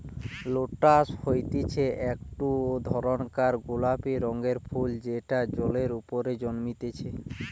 lotus হতিছে একটো ধরণকার গোলাপি রঙের ফুল যেটা জলের ওপরে জন্মতিচ্ছে